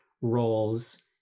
roles